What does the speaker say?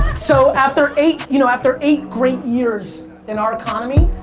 so after eight, you know after eight great years in our economy,